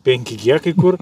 penki gė kai kur